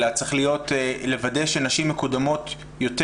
אלא צריך לוודא שנשים מקודמות יותר